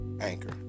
Anchor